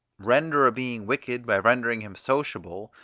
render a being wicked by rendering him sociable,